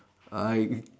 I eat